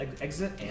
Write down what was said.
Exit